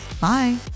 bye